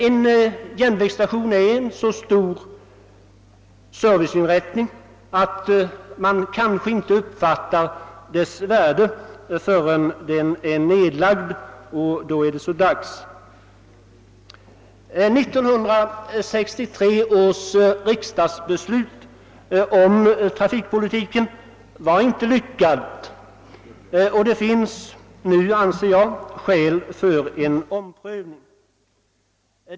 En järnvägsstation är en så stor serviceinrättning att man kanske inte uppfattar dess värde förrän den är nedlagd, och då är det så dags. Riksdagsbeslutet av år 1963 om trafikpolitiken var inte lyckat, och det finns nu, anser jag, skäl för en omprövning.